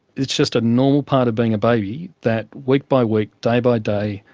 it's just a normal part of being a baby, that week by week, day by day,